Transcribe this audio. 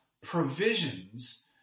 provisions